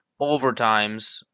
overtimes